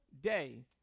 day